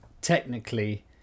technically